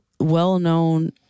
well-known